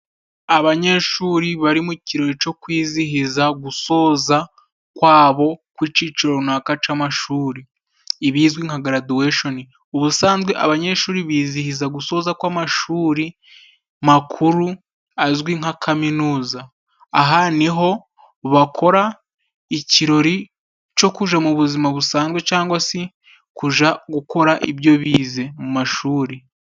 Abanyeshuri bari mu kirori cyo kwizihiza gusoza kwabo kw'icyiciro runaka cy'amashuri ibizwi nka garaduwesheni. Ubusanzwe abanyeshuri bizihiza gusoza kw'amashuri makuru azwi nka kaminuza, aha ni ho bakora ikirori cyo kujya mu buzima busanzwe cyangwa se kujya gukora ibyo bize mu mashuri.